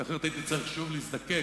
כי אחרת הייתי צריך שוב להזדקק